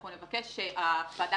אנחנו נבקש שהוועדה